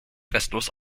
restlos